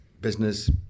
business